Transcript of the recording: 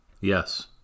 Yes